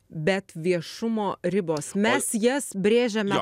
bet viešumo ribos mes jas brėžiame